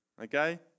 Okay